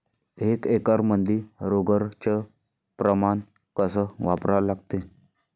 एक एकरमंदी रोगर च प्रमान कस वापरा लागते?